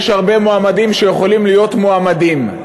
יש הרבה מועמדים שיכולים להיות מועמדים.